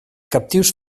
captius